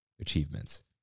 achievements